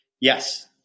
Yes